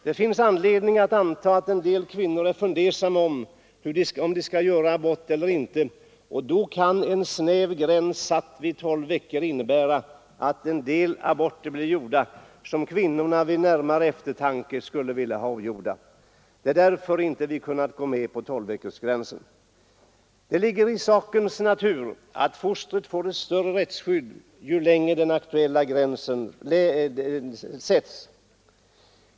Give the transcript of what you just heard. Det finns anledning anta att en del kvinnor är fundersamma om de skall göra abort eller inte, och då kan en snäv gräns satt vid tolv veckor innebära att en del aborter blir gjorda, som kvinnorna vid närmare eftertanke skulle vilja ha ogjorda. Det är därför vi inte kunnat gå med på tolvveckorsgränsen. Det ligger i sakens natur att fostret får ett större rättsskydd ju längre fram den aktuella gränsen för abort sätts.